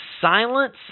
silence